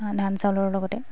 ধান চাউলৰ লগতে